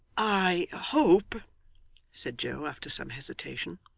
i hope said joe after some hesitation,